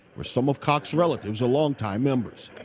with some of cox's relatives longtime members.